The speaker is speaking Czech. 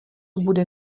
bude